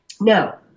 Now